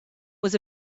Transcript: was